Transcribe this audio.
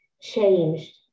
changed